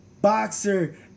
boxer